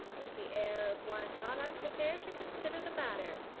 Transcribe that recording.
with the air of one not unprepared to consider the matter.